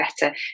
better